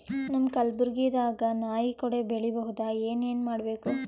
ನಮ್ಮ ಕಲಬುರ್ಗಿ ದಾಗ ನಾಯಿ ಕೊಡೆ ಬೆಳಿ ಬಹುದಾ, ಏನ ಏನ್ ಮಾಡಬೇಕು?